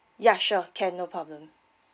yeah sure can no problem